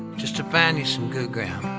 just to find you some good ground